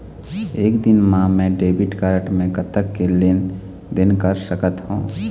एक दिन मा मैं डेबिट कारड मे कतक के लेन देन कर सकत हो?